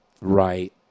Right